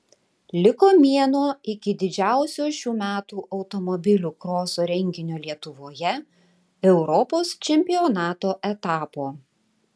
liko mėnuo iki didžiausio šių metų automobilių kroso renginio lietuvoje europos čempionato etapo